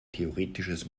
theoretisches